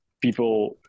people